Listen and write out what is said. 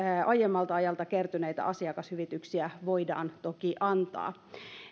aiemmalta ajalta kertyneitä asiakashyvityksiä voidaan toki antaa